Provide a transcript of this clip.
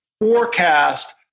forecast